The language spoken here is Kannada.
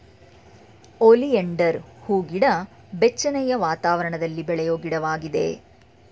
ಒಲಿಯಂಡರ್ ಹೂಗಿಡ ಬೆಚ್ಚನೆಯ ವಾತಾವರಣದಲ್ಲಿ ಬೆಳೆಯುವ ಗಿಡವಾಗಿದೆ